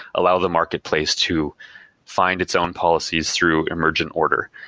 allow the marketplace to find its own policies through emergent order,